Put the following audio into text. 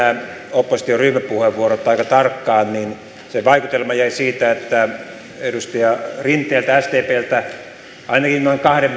opposition ryhmäpuheenvuorot aika tarkkaan ja se vaikutelma jäi edustaja rinteeltä sdpltä että ainakin noin kahden